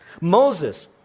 Moses